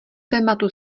tématu